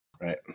right